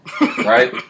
right